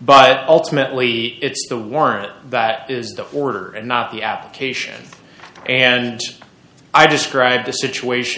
but ultimately it's the warrant that is the order and not the application and i described the situation